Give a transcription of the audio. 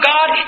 God